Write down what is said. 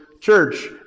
church